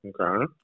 Okay